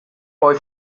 poi